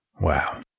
Wow